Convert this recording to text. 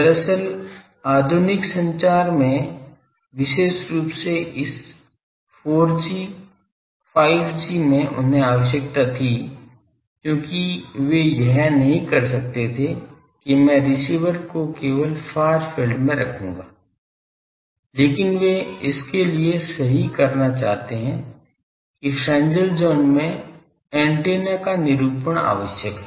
दरअसल आधुनिक संचार में विशेष रूप से इस 4 जी 5 जी में उन्हें आवश्यकता थी क्योंकि वे यह नहीं कर सकते थे कि मैं रिसीवर को केवल फार फील्ड में रखूंगा लेकिन वे इसके लिए सही करना चाहते हैं कि फ्रेन्ज़ेल ज़ोन में एंटेना का निरूपण आवश्यक है